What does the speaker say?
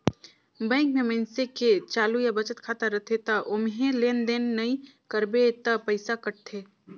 bank में मइनसे के चालू या बचत खाता रथे त ओम्हे लेन देन नइ करबे त पइसा कटथे